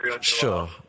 Sure